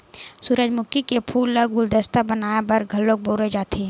सूरजमुखी के फूल ल गुलदस्ता बनाय बर घलो बउरे जाथे